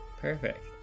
Perfect